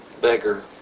beggar